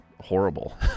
horrible